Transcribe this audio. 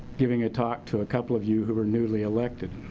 giving a talk to a couple of you who were newly elected.